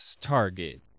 target